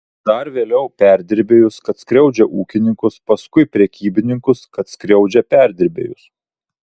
dar vėliau perdirbėjus kad skriaudžia ūkininkus paskui prekybininkus kad skriaudžia perdirbėjus